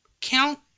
count